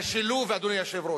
אדוני היושב-ראש,